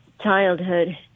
Childhood